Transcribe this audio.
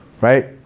right